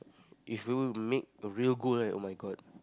if you made a real goal right oh-my-God